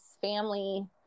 family